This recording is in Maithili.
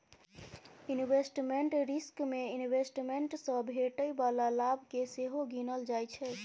इन्वेस्टमेंट रिस्क मे इंवेस्टमेंट सँ भेटै बला लाभ केँ सेहो गिनल जाइ छै